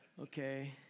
Okay